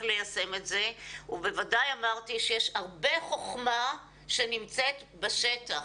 ליישם את זה ובוודאי אמרתי שיש הרבה חכמה שנמצאת בשטח,